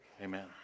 amen